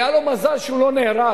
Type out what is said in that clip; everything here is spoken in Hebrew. היה לו מזל שהוא לא נהרג,